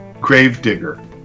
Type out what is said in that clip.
Gravedigger